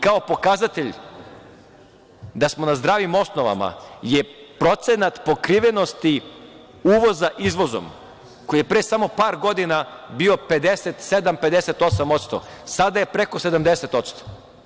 Kao pokazatelj da smo na zdravim osnovama je procenat pokrivenosti uvoza izvozom, koji je samo pre par godina bio 57, 58%, sada je preko 70%